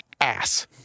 ass